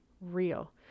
real